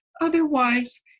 Otherwise